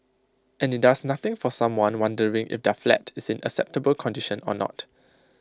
and IT does nothing for someone wondering if their flat is in acceptable condition or not